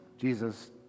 Jesus